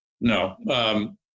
No